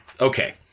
Okay